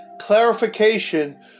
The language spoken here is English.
clarification